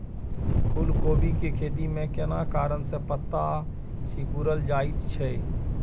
फूलकोबी के खेती में केना कारण से पत्ता सिकुरल जाईत छै?